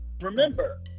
Remember